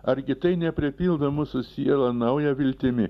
argi tai ne pripildo mūsų sielą nauja viltimi